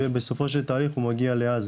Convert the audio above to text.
ובסופו של תהליך הוא מגיע לעזה,